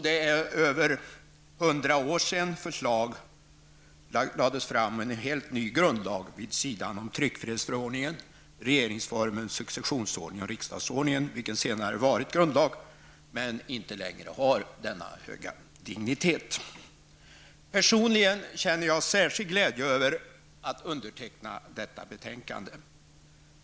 Det är över 100 år sedan förslag lades fram om en helt ny grundlag vid sidan av tryckfrihetsförordningen, regeringsformen, successionsordningen och riksdagsordningen. Den senare har varit grundlag men har inte längre denna höga dignitet. Personligen känner jag särskild glädje över att underteckna detta betänkande.